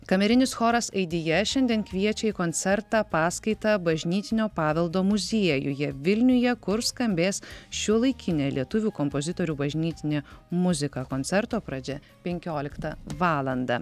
kamerinis choras aidija šiandien kviečia į koncertą paskaitą bažnytinio paveldo muziejuje vilniuje kur skambės šiuolaikinė lietuvių kompozitorių bažnytinė muzika koncerto pradžia penkioliktą valandą